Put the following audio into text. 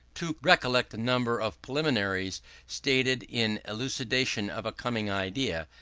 to recollect a number of preliminaries stated in elucidation of a coming idea,